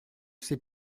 ses